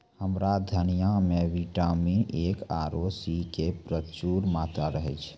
हरा धनिया मॅ विटामिन ए आरो सी के प्रचूर मात्रा रहै छै